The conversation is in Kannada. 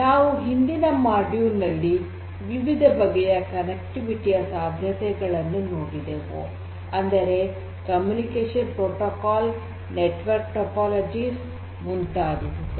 ನಾವು ಹಿಂದಿನ ಮಾಡ್ಯೂಲ್ ನಲ್ಲಿ ವಿವಿಧ ಬಗೆಯ ಸಂಪರ್ಕದೆ ಸಾಧ್ಯತೆಗಳನ್ನು ನೋಡಿದೆವು ಅಂದರೆ ಕಮ್ಯುನಿಕೇಷನ್ ಪ್ರೋಟೋಕಾಲ್ ನೆಟ್ವರ್ಕ್ ಟೋಪೋಲಾಜಿಸ್ ಮುಂತಾದವುಗಳು